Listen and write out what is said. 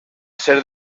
ser